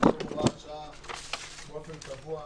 הוראת שעה באופן קבוע,